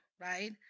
right